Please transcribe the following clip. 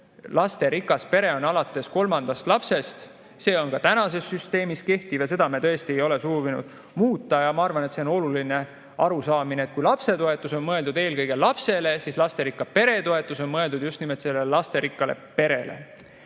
lasterikas pere on alates kolmandast lapsest. See on tänases süsteemis kehtiv ja seda me tõesti ei ole soovinud muuta. Ja ma arvan, et see on oluline arusaamine, et kui lapsetoetus on mõeldud eelkõige lapsele, siis lasterikka pere toetus on mõeldud just nimelt lasterikkale perele.